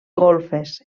golfes